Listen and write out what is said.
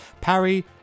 Parry